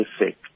effect